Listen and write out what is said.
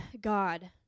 God